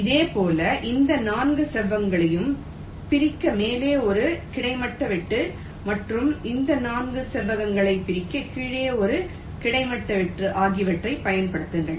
இதேபோல் இந்த 4 செவ்வகங்களையும் பிரிக்க மேலே ஒரு கிடைமட்ட வெட்டு மற்றும் இந்த 4 செவ்வகங்களை பிரிக்க கீழே ஒரு கிடைமட்ட வெட்டு ஆகியவற்றைப் பயன்படுத்துங்கள்